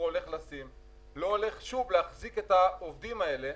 לא הולך שוב להחזיק את העובדים האלה,